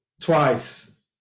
twice